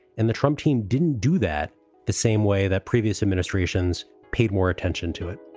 and the trump team didn't do that the same way that previous administrations paid more attention to it